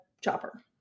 chopper